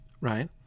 right